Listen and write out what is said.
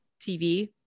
TV